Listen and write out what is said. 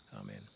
Amen